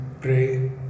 Pray